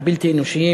הבלתי-אנושיים,